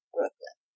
Brooklyn